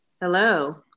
Hello